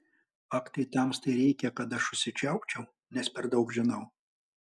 ak tai tamstai reikia kad aš užsičiaupčiau nes per daug žinau